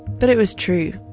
but it was true.